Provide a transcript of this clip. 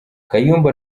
kayumba